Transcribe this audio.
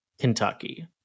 Kentucky